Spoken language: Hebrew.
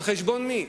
על חשבון מי?